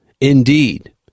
Indeed